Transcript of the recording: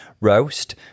roast